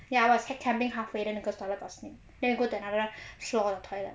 ya was attempting halfway then girls toilet got snake then we go to another shore of toilet